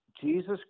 Jesus